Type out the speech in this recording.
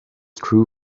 true